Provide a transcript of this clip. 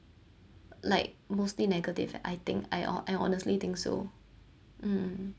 like mostly negative I think I ho~ I honestly think so um